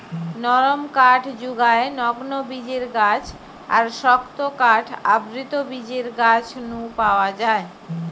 নরম কাঠ জুগায় নগ্নবীজের গাছ আর শক্ত কাঠ আবৃতবীজের গাছ নু পাওয়া যায়